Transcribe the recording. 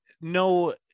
no